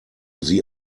sie